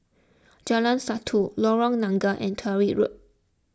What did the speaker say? Jalan Satu Lorong Nangka and Tyrwhitt Road